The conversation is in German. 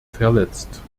verletzt